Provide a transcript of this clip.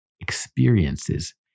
experiences